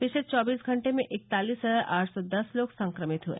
पिछले चौबीस घंटे में इकतालिस हजार आठ सो दस लोग संक्रमित हए